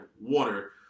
water